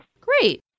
Great